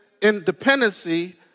independency